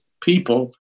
people